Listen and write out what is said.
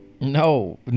No